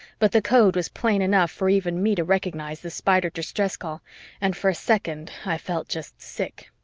but the code was plain enough for even me to recognize the spider distress call and for a second i felt just sick.